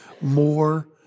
more